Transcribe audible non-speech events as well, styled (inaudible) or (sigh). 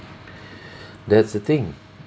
(breath) that's the thing